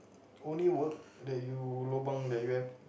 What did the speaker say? only work that you lobang that you have